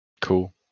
Cool